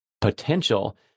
potential